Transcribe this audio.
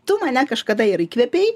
tu mane kažkada ir įkvėpei